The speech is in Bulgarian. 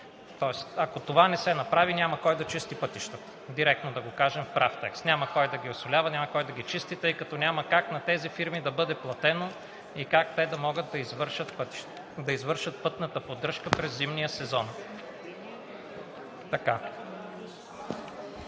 тоест, ако това не се направи, няма кой да чисти пътищата – директно да го кажем в прав текст. Няма кой да ги осолява, няма кой да ги чисти, тъй като няма как на тези фирми да бъде платено и как те да могат да извършат пътната поддръжка през зимния сезон. Никога